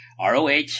ROH